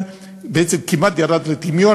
וכל העניין בעצם כמעט ירד לטמיון.